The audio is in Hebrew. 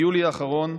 מיולי האחרון,